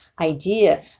idea